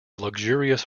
luxurious